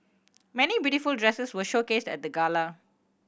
many beautiful dresses were showcased at the gala